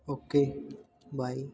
okay bye